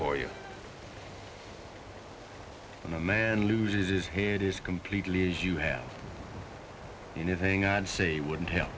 for you and the man loses his head is completely as you have anything i'd say wouldn't hel